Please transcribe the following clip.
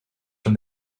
from